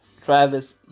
Travis